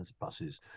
buses